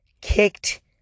kicked